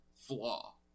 flaw